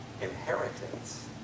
inheritance